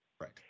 Right